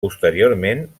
posteriorment